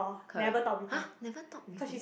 Correc~ !huh! never talk before